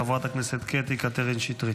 חברת הכנסת קטי קטרין שטרית.